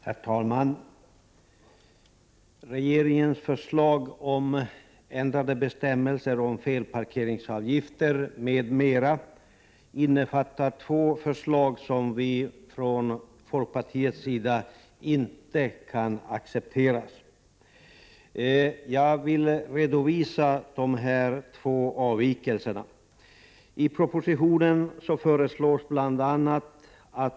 Herr talman! Regeringens proposition om ändrade bestämmelser för felparkeringsavgifter m.m. innefattar två förslag som vi från folkpartiets sida inte kan acceptera. Jag vill redovisa dessa två avvikelser.